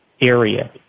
area